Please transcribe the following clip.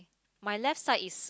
my left side is